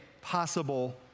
possible